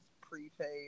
prepaid